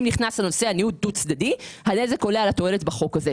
אם נכנס נושא הניוד הדו צדדי הנזק עולה על התועלת בחוק הזה.